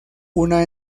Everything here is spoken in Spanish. una